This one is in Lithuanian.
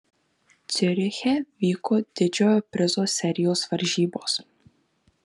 ciuriche vyko didžiojo prizo serijos varžybos